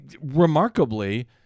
remarkably